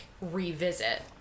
revisit